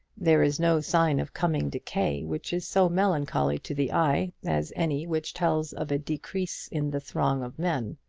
there is no sign of coming decay which is so melancholy to the eye as any which tells of a decrease in the throng of men.